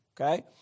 Okay